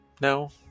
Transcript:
No